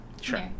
Sure